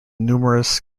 numerous